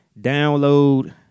download